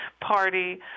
party